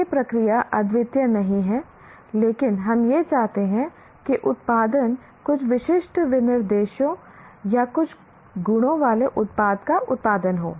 यह प्रक्रिया अद्वितीय नहीं है लेकिन हम यह चाहते हैं कि उत्पादन कुछ विशिष्ट विनिर्देशों या कुछ गुणों वाले उत्पाद का उत्पादन हो